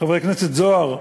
חבר הכנסת זוהר,